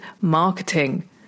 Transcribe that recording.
marketing